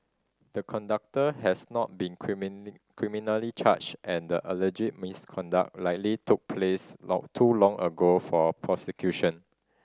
the conductor has not been criminally charged and the alleged misconduct likely took place long too long ago for prosecution